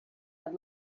had